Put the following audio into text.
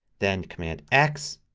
then command x.